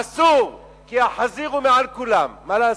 אסור, כי החזיר הוא מעל כולם, מה לעשות,